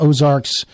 Ozarks